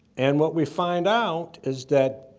and what we find out is that